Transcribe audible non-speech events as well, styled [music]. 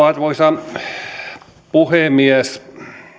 [unintelligible] arvoisa puhemies